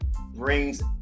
brings